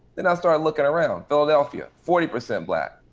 then i started looking around. philadelphia, forty percent black.